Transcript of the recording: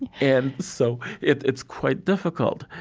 and so it, it's quite difficult.